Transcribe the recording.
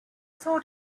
thought